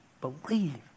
believe